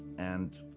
and.